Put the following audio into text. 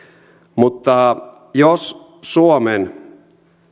mutta jos suomen